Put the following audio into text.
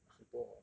很多 hor